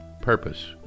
purpose